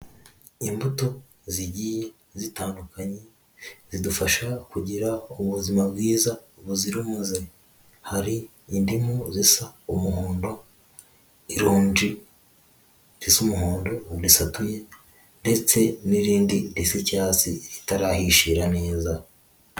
Imbuto zigiye zitandukanye, zidufasha kugira ubuzima bwiza buzira umuze, hari indimu zisa umuhondo, ironji risa umuhondo risatuye, ndetse n'irindi risa icyatsi ritarahishira neza.